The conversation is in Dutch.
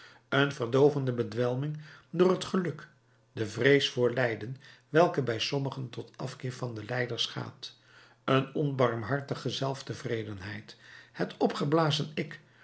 een verdoovende bedwelming door het geluk de vrees voor lijden welke bij sommigen tot afkeer van de lijders gaat een onbarmhartige zelftevredenheid het opgeblazen ik